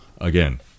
Again